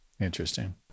Interesting